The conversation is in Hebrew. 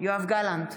יואב גלנט,